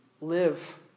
Live